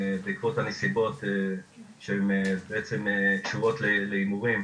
בעקבות הנסיבות שבעצם קשורות להימורים.